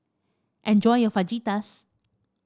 enjoy your Fajitas